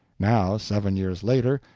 now, seven years later,